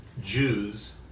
Jews